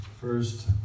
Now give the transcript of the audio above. first